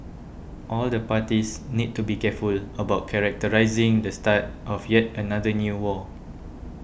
all the parties need to be careful about characterising the start of yet another new war